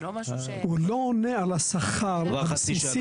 הוא לא עונה על השכר הבסיס.